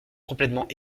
complètement